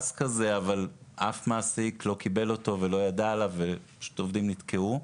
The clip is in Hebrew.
כזה אבל אף מעסיק לא קיבל אותו ולא ידע עליו ופשוט עובדים נתקעו,